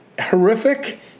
horrific